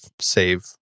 save